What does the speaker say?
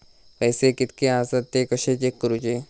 पैसे कीतके आसत ते कशे चेक करूचे?